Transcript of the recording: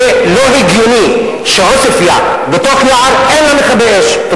זה לא הגיוני שלעוספיא, בתוך יער, אין מכבי-אש.